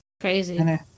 Crazy